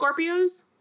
Scorpios